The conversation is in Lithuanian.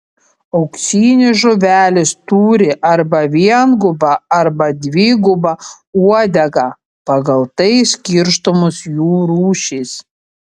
auksinės žuvelės turi arba viengubą arba dvigubą uodegą pagal tai skirstomos jų rūšys